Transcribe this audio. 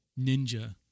Ninja